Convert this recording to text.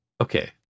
okay